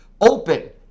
open